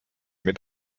mit